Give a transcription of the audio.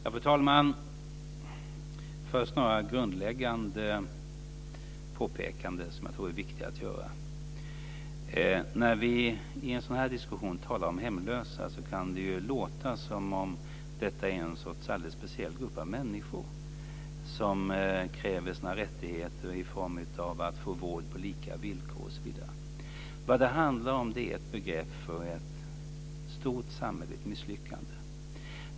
Fru talman! Först vill jag göra några viktiga grundläggande påpekanden. När vi i en sådan här diskussion talar om hemlösa kan det låta som om det är en alldeles speciell grupp av människor som kräver sina rättigheter i form av vård på lika villkor osv. Det handlar om ett begrepp för ett stort samhälleligt misslyckande.